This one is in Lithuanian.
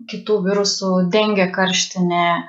kitų virusų dengė karštinę